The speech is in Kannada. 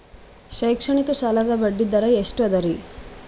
ಶೈಕ್ಷಣಿಕ ಸಾಲದ ಬಡ್ಡಿ ದರ ಎಷ್ಟು ಅದರಿ?